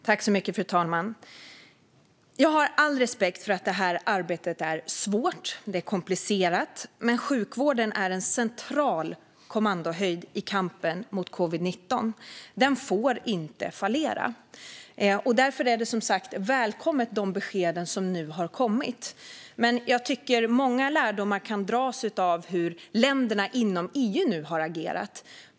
Fru talman! Jag har all respekt för att arbetet är svårt och komplicerat, men sjukvården är en central kommandohöjd i kampen mot covid-19. Den får inte fallera. Därför är dessa besked välkomna. Jag tycker att många lärdomar kan dras av hur länderna inom EU har agerat.